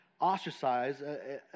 ostracize